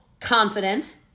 confident